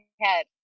head